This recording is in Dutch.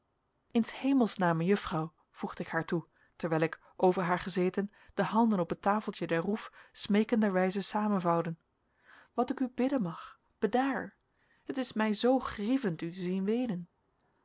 in s hemels naam mejuffrouw voegde ik haar toe terwijl ik over haar gezeten de handen op het tafeltje der roef smeekenderwijze samenvouwde wat ik u bidden mag bedaar het is mij zoo grievend u te zien weenen